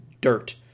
dirt